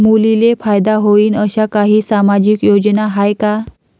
मुलींले फायदा होईन अशा काही सामाजिक योजना हाय का?